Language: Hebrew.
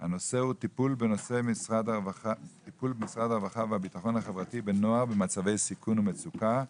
הנושא הוא טיפול משרד הרווחה והביטחון החברתי בנוער במצבי סיכון ומצוקה,